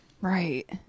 Right